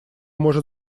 может